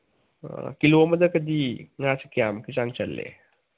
ꯑꯥ kilo ꯑꯃꯗꯀꯗꯤ ꯉꯥꯁꯤ ꯀꯌꯥꯃꯨꯛꯀꯤ ꯆꯥꯡ ꯆꯜꯂꯤ